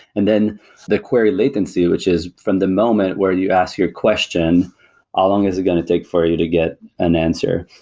and then the query latency, which is from the moment where you ask your question how ah long is it going to take for you to get an answer?